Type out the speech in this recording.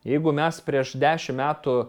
jeigu mes prieš dešim metų